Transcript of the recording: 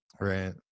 Right